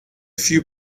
few